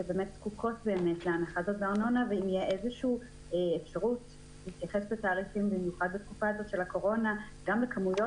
שזקוקות להנחה --- ואם תהיה אפשרות להתייחס בתקופה זו גם לכמויות